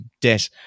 death